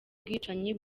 bwicanyi